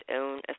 own